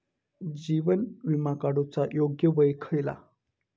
जीवन विमा काडूचा योग्य वय खयला?